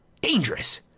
Dangerous